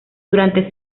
durante